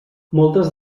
moltes